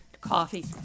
Coffee